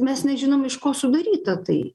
mes nežinom iš ko sudaryta tai